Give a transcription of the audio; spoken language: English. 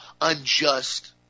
unjust